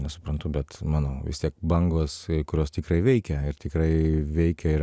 nesuprantu bet mano vis tiek bangos kurios tikrai veikia ir tikrai veikia ir